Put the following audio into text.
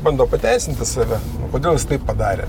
bando pateisinti save kodėl jis taip padarė